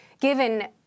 given